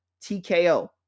TKO